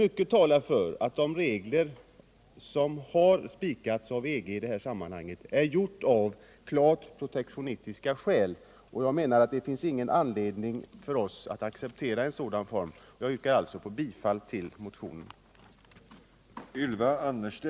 Mycket talar för att de regler som har spikats av EG i det här sammanhanget har tillkommit av klart protektionistiska skäl. Enligt min mening finns det ingen anledning för oss att acceptera en sådan ordning. Jag yrkar bifall till motionen 588.